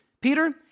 Peter